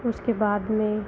उसके बाद में